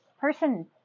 person